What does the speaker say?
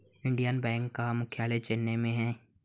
Indian Bank का मुख्यालय चेन्नई में है